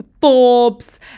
Forbes